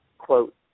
quote